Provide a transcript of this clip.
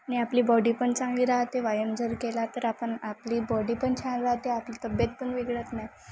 आणि आपली बॉडी पण चांगली राहते व्यायाम जर केला तर आपण आपली बॉडी पण छान राहते आपली तब्येत पण बिघडत नाही